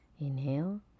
Inhale